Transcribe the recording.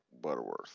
Butterworth